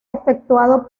efectuado